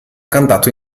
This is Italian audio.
cantato